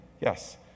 Yes